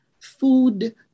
food